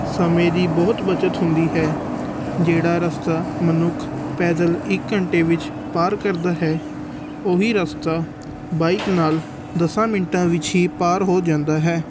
ਸਮੇਂ ਦੀ ਬਹੁਤ ਬਚਤ ਹੁੰਦੀ ਹੈ ਜਿਹੜਾ ਰਸਤਾ ਮਨੁੱਖ ਪੈਦਲ ਇੱਕ ਘੰਟੇ ਵਿੱਚ ਪਾਰ ਕਰਦਾ ਹੈ ਉਹੀ ਰਸਤਾ ਬਾਈਕ ਨਾਲ ਦਸਾਂ ਮਿੰਟਾਂ ਵਿੱਚ ਹੀ ਪਾਰ ਹੋ ਜਾਂਦਾ ਹੈ